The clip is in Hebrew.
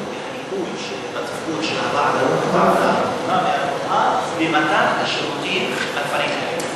בתפקוד של הוועדה הממונה במתן השירותים לכפרים.